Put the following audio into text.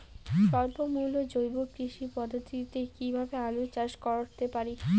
স্বল্প মূল্যে জৈব কৃষি পদ্ধতিতে কীভাবে আলুর চাষ করতে পারি?